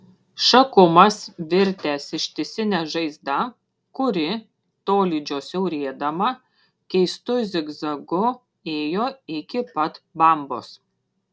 šakumas virtęs ištisine žaizda kuri tolydžio siaurėdama keistu zigzagu ėjo iki pat bambos